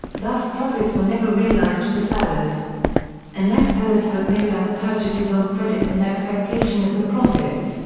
thus profits were never realized for sellers unless sellers had made other purchases on credit in expectation of the profits,